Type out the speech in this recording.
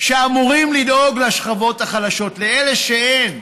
שאמורים לדאוג לשכבות החלשות, לאלה שאין,